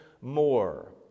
more